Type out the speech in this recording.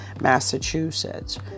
Massachusetts